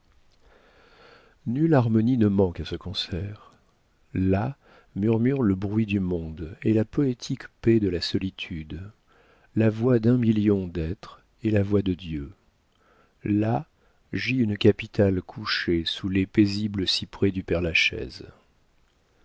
harmonie ne manque à ce concert là murmurent le bruit du monde et la poétique paix de la solitude la voix d'un million d'êtres et la voix de dieu là gît une capitale couchée sous les paisibles cyprès du père-lachaise